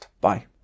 Bye